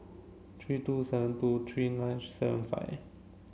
three two seven two three nine seven five